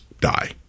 die